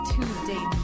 Tuesday